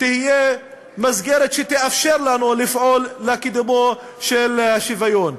תהיה מסגרת שתאפשר לנו לפעול לקידומו של השוויון.